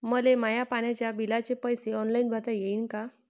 मले माया पाण्याच्या बिलाचे पैसे ऑनलाईन भरता येईन का?